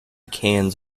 cans